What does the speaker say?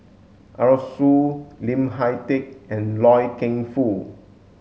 Arasu Lim Hak Tai and Loy Keng Foo